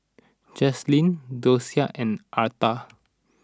Jaslyn Dosia and Arta